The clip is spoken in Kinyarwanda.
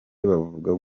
bavuga